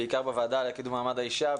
בעיקר בוועדה לקידום מעמד האישה,